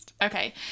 Okay